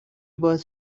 باعث